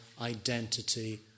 identity